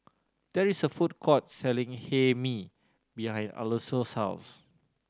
there is a food court selling Hae Mee behind Alonso's house